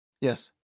Yes